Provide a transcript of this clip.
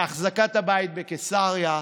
באחזקת הבית בקיסריה,